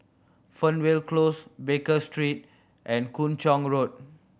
Fernvale Close Baker Street and Kung Chong Road